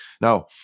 Now